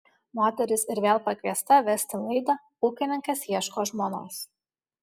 moteris ir vėl pakviesta vesti laidą ūkininkas ieško žmonos